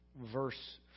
verse